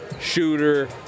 shooter